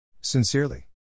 Sincerely